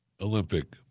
Olympic